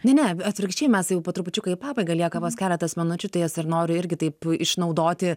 ne ne atvirkščiai mes jau po trupučiuką į pabaigą lieka vos keletas minučių tai jas ir noriu irgi taip išnaudoti